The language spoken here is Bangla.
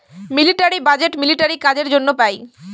মিলিটারি বাজেট মিলিটারি কাজের জন্য পাই